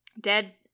dead